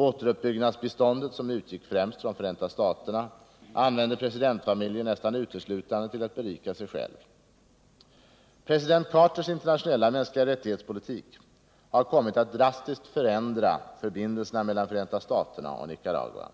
Återuppbyggnadsbiståndet som utgick främst från Förenta staterna, använde presidentfamiljen nästan uteslutande till att berika sig själv. President Carters internationella mänskliga rättighetspolitik har kommit att drastiskt förändra förbindelserna mellan Förenta staterna och Nicaragua.